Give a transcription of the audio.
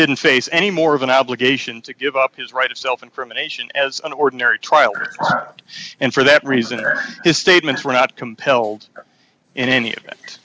didn't face any more of an obligation to give up his right of self incrimination as an ordinary trial and for that reason or his statements were not compelled in any event